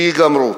שייגמרו.